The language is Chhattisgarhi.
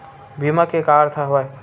बीमा के का अर्थ हवय?